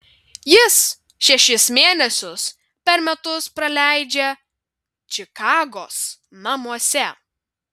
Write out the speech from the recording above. jis šešis mėnesius per metus praleidžia čikagos namuose